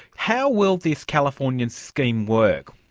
how will this californian scheme work?